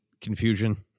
confusion